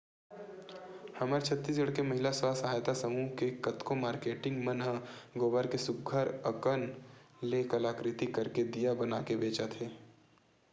हमर छत्तीसगढ़ के महिला स्व सहयता समूह के कतको मारकेटिंग मन ह गोबर के सुग्घर अंकन ले कलाकृति करके दिया बनाके बेंचत हे